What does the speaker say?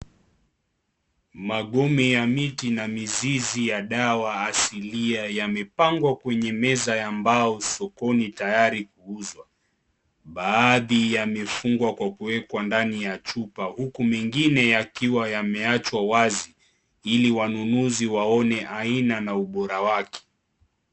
Magome ya miti na mizizi ya dawa asilia yamepangwa kwenye meza ya mbao sokoni tayari kuuzwa. Baadhi yamefungwa kwa kuwekwa ndani ya chupa huku mengine yakiwa yameachwa wazi ili wanunuzi waone aina na ubora wake.